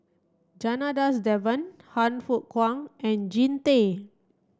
Janadas Devan Han Fook Kwang and Jean Tay